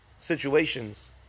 situations